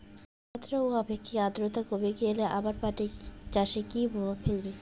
তাপমাত্রা ও আপেক্ষিক আদ্রর্তা কমে গেলে আমার পাট চাষে কী প্রভাব ফেলবে?